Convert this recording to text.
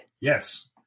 Yes